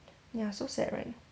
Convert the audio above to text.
ya so sad right